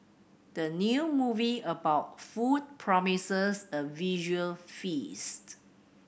the new movie about food promises a visual feast